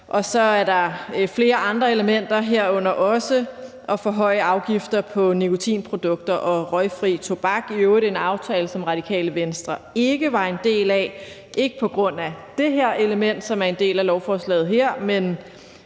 Så er der flere andre elementer, herunder også at forhøje afgifter på nikotinprodukter og røgfri tobak. Det er i øvrigt en aftale, som Radikale Venstre ikke var en del af, ikke på grund af det her element, som er en del af lovforslaget her, men